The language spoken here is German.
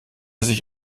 sich